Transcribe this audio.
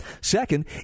Second